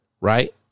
Right